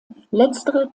letztere